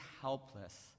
helpless